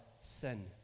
sin